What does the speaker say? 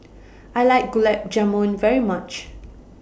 I like Gulab Jamun very much